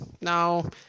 now